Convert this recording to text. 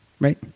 right